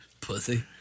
Pussy